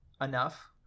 enough